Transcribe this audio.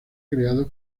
creado